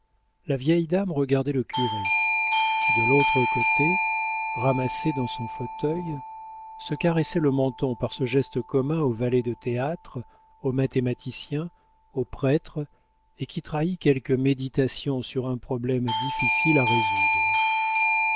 la vieille dame regardait le curé qui de l'autre côté ramassé dans son fauteuil se caressait le menton par ce geste commun aux valets de théâtre aux mathématiciens aux prêtres et qui trahit quelque méditation sur un problème difficile à résoudre